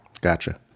gotcha